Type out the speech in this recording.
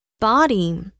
Body